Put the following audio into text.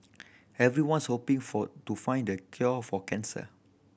everyone's hoping for to find the cure for cancer